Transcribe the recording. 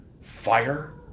Fire